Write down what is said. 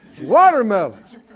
watermelons